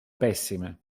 pessime